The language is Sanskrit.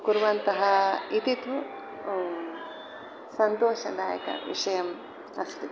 कुर्वन्तः इति तु सन्तोषदायकविषयः अस्ति